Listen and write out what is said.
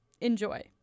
Enjoy